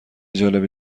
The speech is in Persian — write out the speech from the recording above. جالب